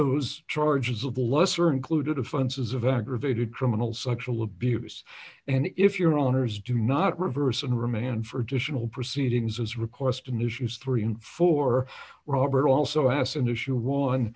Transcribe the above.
those charges of the lesser included offenses of aggravated criminal sexual abuse and if your honour's do not reverse and remand for additional proceedings as requested in issues three and four robert also has an issue on